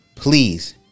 Please